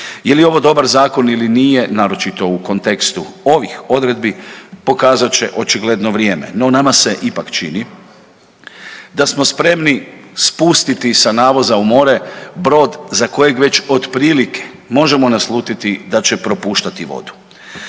Je li ovo dobar zakon ili nije naročito u kontekstu ovih odredbi pokazat će očigledno vrijeme, no nama se ipak čini da smo spremni spustiti sa navoza u more brod za kojeg već otprilike možemo naslutiti da će propuštati vodu.